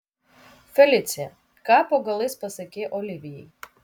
felicija ką po galais pasakei olivijai